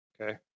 Okay